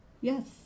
Yes